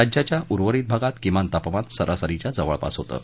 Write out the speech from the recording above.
राज्याच्या उर्वरित भागात किमान तापमान सरासरीच्या जवळपास होतं